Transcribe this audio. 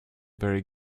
very